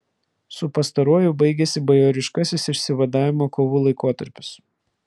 su pastaruoju baigėsi bajoriškasis išsivadavimo kovų laikotarpis